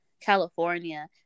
California